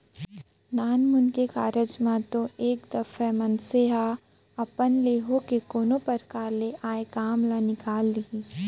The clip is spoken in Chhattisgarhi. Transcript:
नानमुन के कारज म तो एक दफे मनसे ह अपन ले होके कोनो परकार ले आय काम ल निकाल लिही